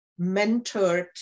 mentored